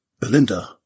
Belinda